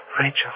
Rachel